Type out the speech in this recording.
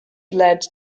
led